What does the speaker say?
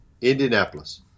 Indianapolis